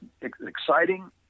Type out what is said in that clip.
exciting